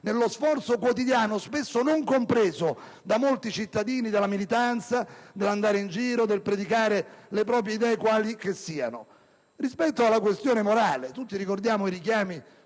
nello sforzo quotidiano, spesso non compreso da molti cittadini, della militanza, dell'andare in giro e del predicare le proprie idee, quali che siano. Ebbene, rispetto alla questione morale, tutti ricordiamo i richiami